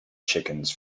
chickens